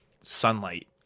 sunlight